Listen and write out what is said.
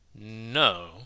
no